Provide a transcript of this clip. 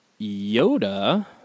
Yoda